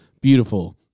Beautiful